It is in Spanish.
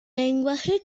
lenguaje